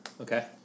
Okay